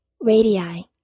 Radii